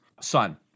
son